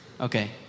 Okay